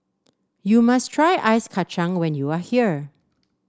you must try Ice Kacang when you are here